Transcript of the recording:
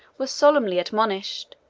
were solemnly admonished,